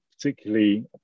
particularly